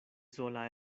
sola